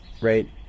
right